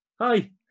hi